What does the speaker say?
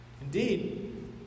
Indeed